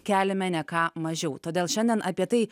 keliame ne ką mažiau todėl šiandien apie tai